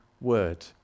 word